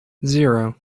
zero